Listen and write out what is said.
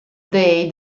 day